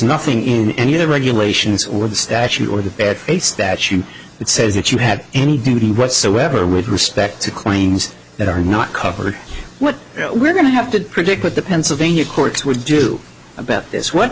nothing in any of the regulations or the statute or the bad case that you it says that you have any duty whatsoever with respect to claims that are not covered what we're going to have to predict what the pennsylvania courts would do about this what